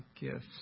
gifts